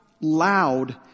loud